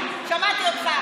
שמעתי אותך.